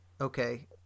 okay